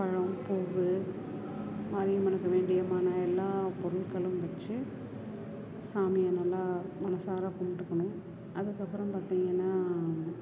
பழம் பூ மாரியம்மனுக்கு வேண்டியமான எல்லா பொருட்களும் வச்சு சாமியை நல்லா மனதார கும்பிட்டுக்கணும் அதுக்கப்புறம் பார்த்தீங்கன்னா